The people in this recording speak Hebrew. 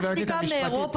לא,